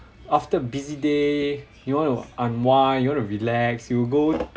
after a busy day you want to unwind you want to relax you'll go